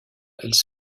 elles